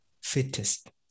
fittest